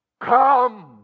come